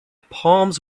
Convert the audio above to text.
palms